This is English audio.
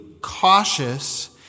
cautious